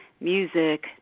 music